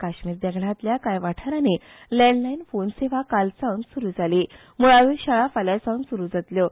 काश्मिर देगणातल्या काय वाठारानी लँडलायन फोनसेवा काल सावन सुरु जाली मुळाव्यो शाळा फाल्या सावन सुरु जातल्यो